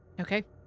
Okay